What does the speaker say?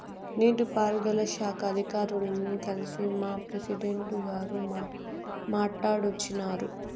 నీటి పారుదల శాఖ అధికారుల్ని కల్సి మా ప్రెసిడెంటు గారు మాట్టాడోచ్చినారు